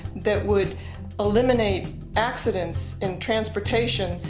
that would eliminate accidents in transportation,